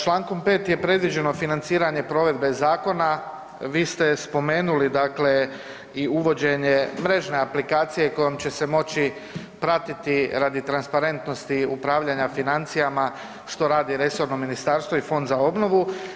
Čl. 5. je previđeno financiranje provedbe zakona, vi ste spomenuli i uvođenje mrežne aplikacije kojom će se moći pratiti radi transparentnosti upravljanja financijama što radi resorno ministarstvo i Fond za obnovu.